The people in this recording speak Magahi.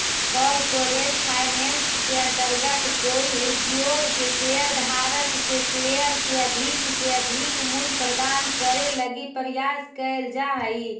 कॉरपोरेट फाइनेंस के अंतर्गत कोई उद्योग के शेयर धारक के शेयर के अधिक से अधिक मूल्य प्रदान करे लगी प्रयास कैल जा हइ